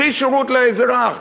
הכי שירות לאזרח,